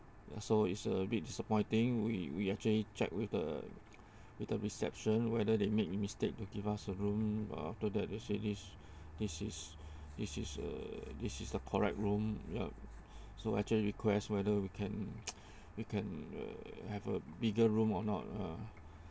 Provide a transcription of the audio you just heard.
so it's a bit disappointing we we actually checked with the with the reception whether they make a mistake to give us a room uh after that they said this this is this is uh this is the correct room yup so actually request whether we can we can uh have a bigger room or not ah